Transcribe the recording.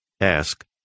Ask